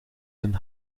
den